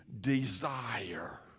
desire